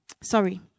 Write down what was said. sorry